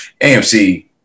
AMC